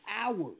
hours